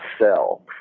sell